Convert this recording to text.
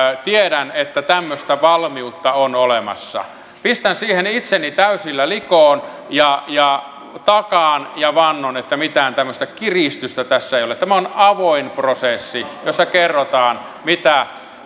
tiedän että tämmöistä valmiutta on olemassa pistän siihen itseni täysillä likoon ja ja takaan ja vannon että mitään tämmöistä kiristystä tässä ei ole tämä on avoin prosessi jossa kerrotaan mitä